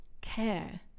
care